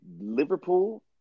Liverpool